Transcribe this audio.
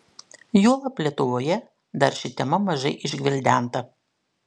juolab lietuvoje dar ši tema mažai išgvildenta